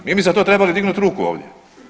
Mi bi za to trebali dignuti ruku ovdje.